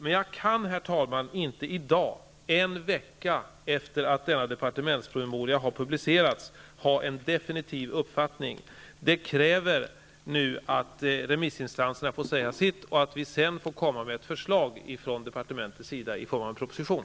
Men jag kan, herr talman, inte i dag -- en vecka efter publiceringen av departementspromemorian -- ha en definitiv uppfattning. Remissinstanserna måste först få säga sitt, och sedan kommer det att läggas fram ett förslag från departementet i form av en proposition.